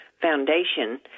foundation